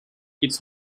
its